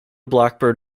blackbird